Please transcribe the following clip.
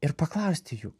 ir paklausti jų